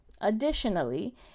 Additionally